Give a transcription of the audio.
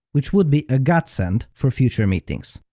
which would be a godsend for future meetings.